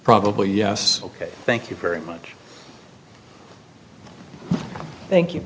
probably yes ok thank you very much thank you